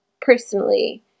personally